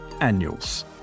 annuals